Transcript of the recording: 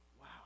Wow